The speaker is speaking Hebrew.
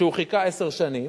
כשהוא חיכה עשר שנים,